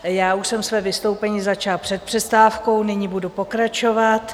Já už jsem své vystoupení začala před přestávkou, nyní budu pokračovat.